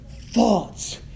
thoughts